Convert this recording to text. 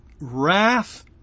wrath